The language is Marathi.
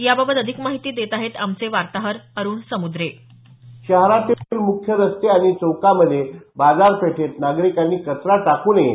याबाबत अधिक माहिती देत आहेत आमचे वार्ताहर अरुण समुद्रे शहरातील मुख्य रस्ते आणि चौकांमध्ये बाजारपेठेत नागरिकांनी कचरा टाकू नये